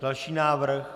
Další návrh.